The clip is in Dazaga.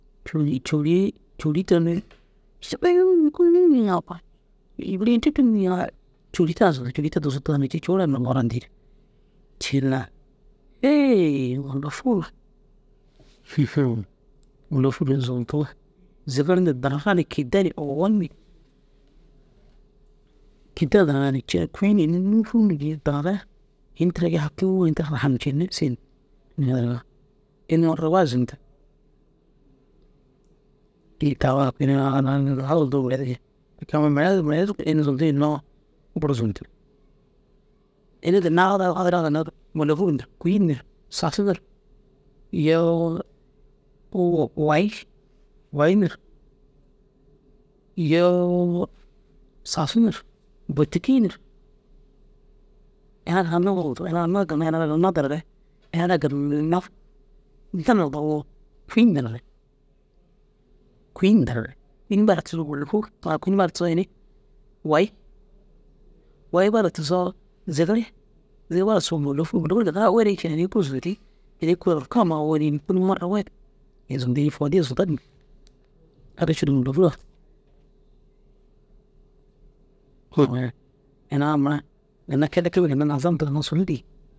côhuri côhuri tira côhuri tee ai zundu côhuri tee dugusu taganigi côhura mara dîi ciin mûlofur mûlofur ini zundu zigir ni dinare ni kidde ni owonni kidde ni danare ni ciiru kuyin ini môfuni ini danare ini tira gii hagiŋoo in tee rahcini sigin mire re ini marawahid zundu ini zundu hinnoo bur zundu ina ara fadirgaruu ginna mûlofur nir kuyin nir sasu nir iyoo wayi wayi nir iyoo sasu nir bôtuki nir ina ara nuutur mura duro ginna na dinare ina ginna dagoo kuyin dinare kuyin dinare kuyin dir bara wayi wayi bara tigisoo zigir zigir bara tigisoo mûlofur mûlofur ini ginnar awure ciir ini bur zundi înni kôoli orko amma uwugini înni kôoli mara wahid ini zundu fôdiya zunda didi. A ke ciir mûlofura ina mura ginna kidde ke ke nizam dîi sun dîi.